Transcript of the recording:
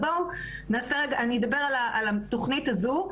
אני אדבר על התוכנית הזו.